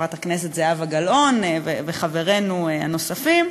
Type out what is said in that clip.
חברת הכנסת זהבה גלאון וחברינו הנוספים,